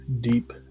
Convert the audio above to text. deep